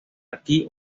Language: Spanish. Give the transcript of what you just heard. aquí